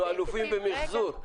אנחנו אלופים במחזור.